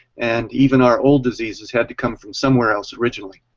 and even our old diseases had to come from somewhere else originally.